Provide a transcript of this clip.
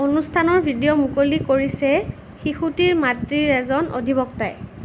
অনুষ্ঠানৰ ভিডিঅ' মুকলি কৰিছে শিশুটিৰ মাতৃৰ এজন অধিবক্তাই